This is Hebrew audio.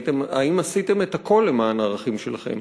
האם עשיתם את הכול למען הערכים שלכם?